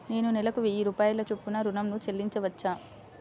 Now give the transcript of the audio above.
నేను నెలకు వెయ్యి రూపాయల చొప్పున ఋణం ను చెల్లించవచ్చా?